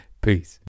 Peace